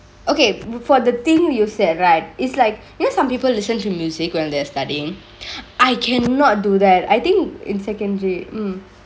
okay for the thingk you said right is like you know some people listen to music when they're studyingk I cannot do that I think in secondary mm